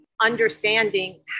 understanding